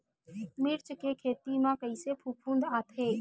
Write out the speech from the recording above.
मिर्च के खेती म कइसे फफूंद आथे?